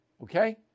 okay